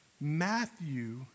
Matthew